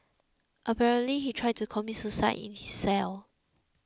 apparently he tried to commit suicide in his cell